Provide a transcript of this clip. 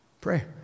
Pray